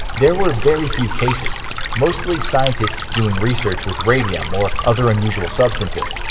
there were very few cases mostly scientists doing research with radium or other unusual substances.